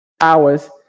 Hours